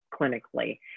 clinically